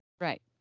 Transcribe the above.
Right